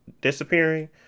disappearing